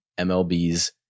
MLB's